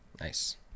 nice